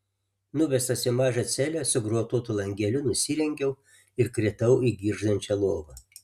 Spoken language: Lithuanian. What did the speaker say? nuvestas į mažą celę su grotuotu langeliu nusirengiau ir kritau į girgždančią lovą